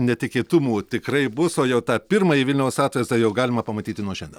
netikėtumų tikrai bus o jau tą pirmąjį vilniaus atvaizdą jau galima pamatyti nuo šiandien